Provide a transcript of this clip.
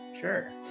sure